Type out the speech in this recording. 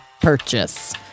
purchase